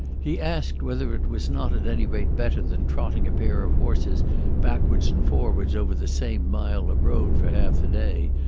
he asked whether it was not at any rate better than trotting a pair of horses backwards and forwards over the same mile of road for half the day,